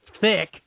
thick